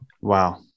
Wow